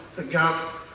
the gut,